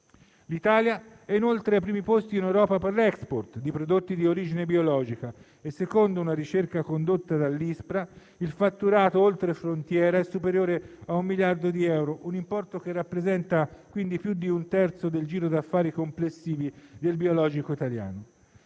L'Italia è inoltre ai primi posti in Europa per l'*export* di prodotti di origine biologica e - secondo una ricerca condotta dall'ISPRA - il fatturato oltre frontiera è superiore a un miliardo di euro, un importo che rappresenta più di un terzo del giro d'affari complessivo del biologico italiano.